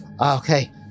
okay